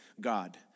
God